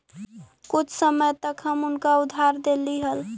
कुछ समय तक हम उनका उधार देली हल